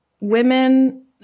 women